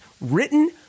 written